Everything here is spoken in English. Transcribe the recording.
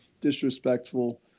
disrespectful